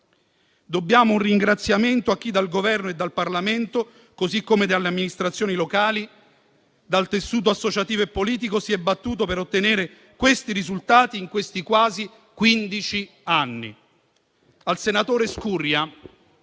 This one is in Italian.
Dobbiamo un ringraziamento a chi, dal Governo e dal Parlamento, così come dalle amministrazioni locali e dal tessuto associativo e politico, si è battuto per ottenere questi risultati in questi quasi quindici